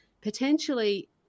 potentially